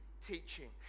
teaching